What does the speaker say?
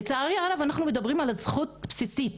לצערי הרב, אנחנו מדברים על זכות בסיסית